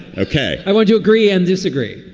ok. i want you agree and disagree.